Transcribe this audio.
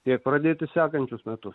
tiek pradėti sekančius metus